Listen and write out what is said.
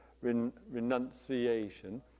renunciation